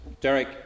Derek